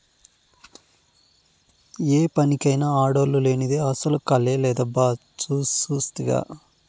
ఏ పనికైనా ఆడోల్లు లేనిదే అసల కళే లేదబ్బా సూస్తివా